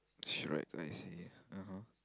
she right I see